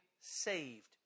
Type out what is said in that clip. saved